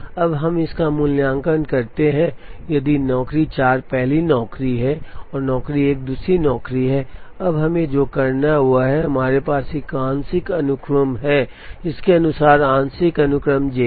अब हम इसका मूल्यांकन करते हैं यदि नौकरी 4 पहली नौकरी है और नौकरी 1 दूसरी नौकरी है अब हमें जो करना है वह है अब हमारे पास एक आंशिक अनुक्रम है इसलिए इसके अनुसार आंशिक अनुक्रम J है